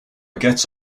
gets